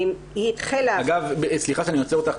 סליחה שאני עוצר אותך.